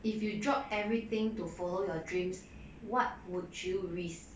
if you drop everything to follow your dreams what would you risk